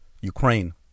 Ukraine